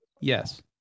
Yes